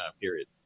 period